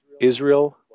Israel